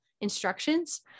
instructions